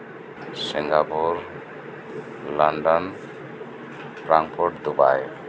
Singapore London Rampur Dubai